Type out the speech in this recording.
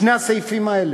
שני הסעיפים האלה,